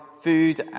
food